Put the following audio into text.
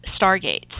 stargates